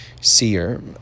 seer